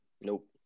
Nope